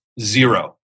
Zero